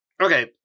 Okay